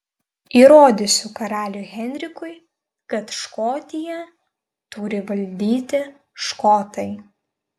įrodysiu karaliui henrikui kad škotiją turi valdyti škotai